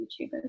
YouTubers